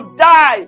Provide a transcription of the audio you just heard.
die